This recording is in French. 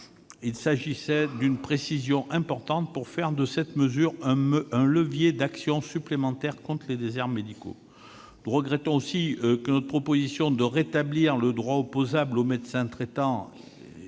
à nos yeux, d'une précision importante pour faire de cette mesure un levier d'action supplémentaire contre les déserts médicaux. Nous regrettons également que notre proposition de rétablir le droit opposable au médecin traitant